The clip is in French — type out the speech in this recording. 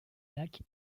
lacs